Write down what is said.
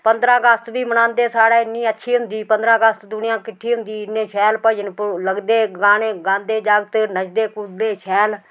पंदरां अगस्त बी मनांदे साढ़ै इन्नी अच्छी होंदी पंदरां अगस्त दुनियां किट्ठी होंदी इन्ने शैल भजन लगदे गाने गांदे जागत नचदे कुददे शैल